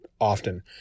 often